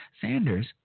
Sanders